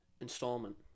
Installment